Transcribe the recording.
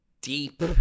deep